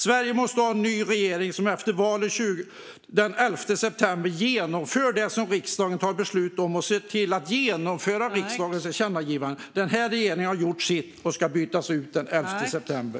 Sverige måste ha en ny regering som efter valet den 11 september genomför det riksdagen fattat beslut om. Denna regering har gjort sitt och ska bytas ut den 11 september.